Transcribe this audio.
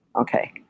Okay